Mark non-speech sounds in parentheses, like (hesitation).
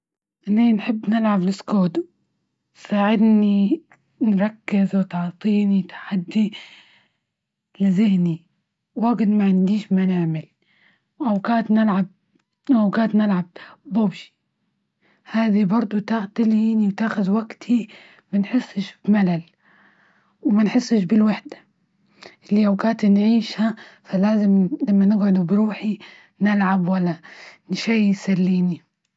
إني نحب نلعب الإسكوتر ساعدني نركز، وتعطيني تحدي لذهني واجد ما عنديش ما نعمل، وأوقات نلعب -وأوقات نلعب بابجي هذي برضو تعطيني وتاخد وقتي منحسش بملل، وما نحسش بالوحدة، الأوقات نعيشها فلازم لما نقعد بروحي نلعب ولا (hesitation) نشي يسليني.